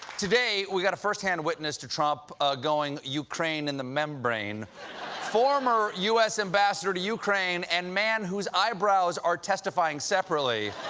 today, we got a firsthand witness to trump going ukraine in the membrane former u s. ambassador to ukraine and man whose eyebrows are testifying separately,